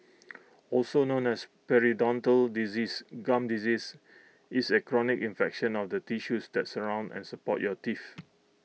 also known as periodontal disease gum disease is A chronic infection of the tissues that surround and support your teeth